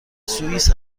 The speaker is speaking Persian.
سوئیس